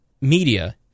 media